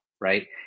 right